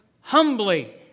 humbly